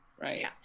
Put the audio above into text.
right